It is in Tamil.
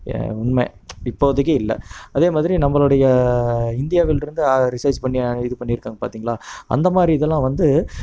உண்மை இப்போதைக்கி இல்லை அதேமாதிரி நம்மளோடைய இந்தியாவிலிருந்து ரிசர்ஜ் பண்ணி இது பண்ணியிருக்காங்க பார்த்திங்களா அந்தமாதிரி இதெலாம் வந்து